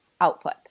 output